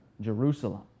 Jerusalem